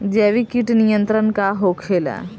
जैविक कीट नियंत्रण का होखेला?